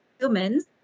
humans